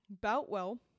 Boutwell